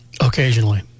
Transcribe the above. Occasionally